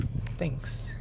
Thanks